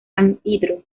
anhidro